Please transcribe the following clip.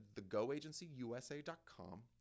thegoagencyusa.com